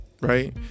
right